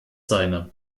seine